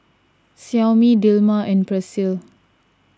Xiaomi Dilmah and Persil